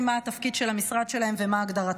מה התפקיד של המשרד שלהם ומה הגדרתו.